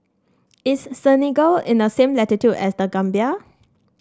is Senegal in the same latitude as The Gambia